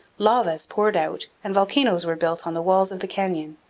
lavas poured out and volcanoes were built on the walls of the canyon,